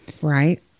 Right